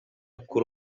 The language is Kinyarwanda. kuri